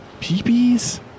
peepees